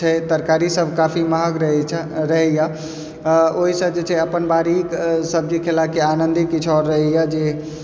छै तरकारी सभ काफी महग रहै छै रहैयै ओहिसँ जे छै अपन बाड़ीके सब्जी खेलाके आनन्दे किछु आर रहैयै जे